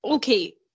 Okay